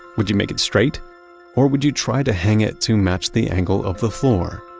would you make it straight or would you try to hang it to match the angle of the floor?